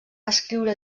escriure